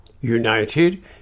united